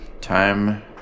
time